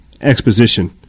exposition